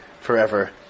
forever